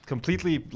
Completely